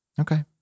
Okay